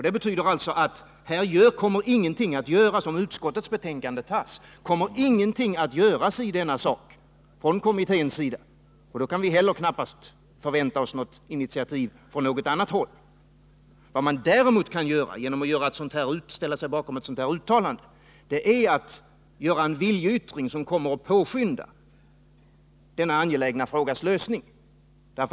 Det betyder alltså att ingenting kommer att göras i denna sak från kommitténs sida om utskottets betänkande tas. Då kan vi knappast heller förvänta oss något initiativ från något annat håll. Vad man däremot kan göra genom att ställa sig bakom ett sådant här uttalande är att ge en viljeyttring som kommer att påskynda denna angelägna frågas lösning.